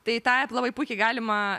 tai tą labai puikiai galima